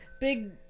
big